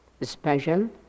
special